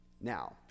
Now